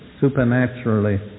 supernaturally